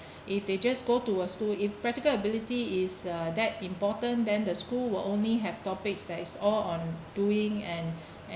if they just go to a school if practical ability is uh that important then the school will only have topics that it's all on doing and